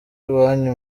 iwanjye